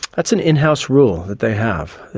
that's an in-house rule that they have,